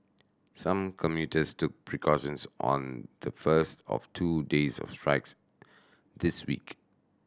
some commuters took precautions on the first of two days of strikes this week